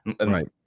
right